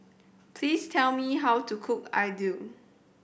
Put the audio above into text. please tell me how to cook idly